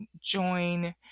join